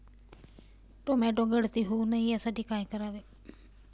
Tomato गळती होऊ नये यासाठी काय करावे?